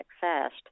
fast